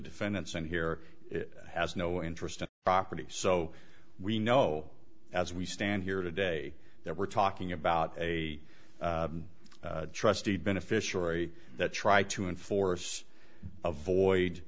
defendants and here has no interest in property so we know as we stand here today that we're talking about a trustee beneficiary that try to enforce a void